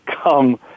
come